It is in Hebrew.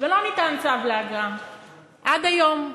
ולא ניתן צו לאגרה עד היום.